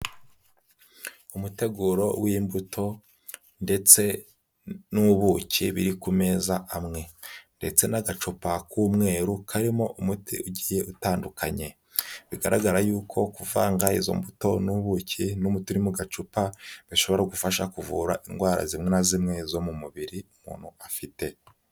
Umuteguro w'imbuto ndetse n'ubuki biri kumeza hamwe, ndetse n'agacupa k'umweru karimo umuti ugiye utandukanye. Bigaragara yuko kuvanga izo mbuto n'ubuki n'umuti uri mu gacupa bishobora gufasha kuvura indwara zimwe na zimwe zo m'umubiri umuntu afite.